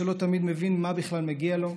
שלא תמיד מבין מה בכלל מגיע לו,